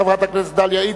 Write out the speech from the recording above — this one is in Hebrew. חברת הכנסת דליה איציק,